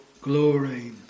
glory